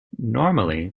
normally